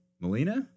Melina